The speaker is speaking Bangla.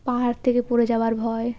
পাহাড় থেকে পড়ে যাওয়ার ভয়